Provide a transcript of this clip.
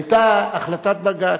היתה החלטת בג"ץ,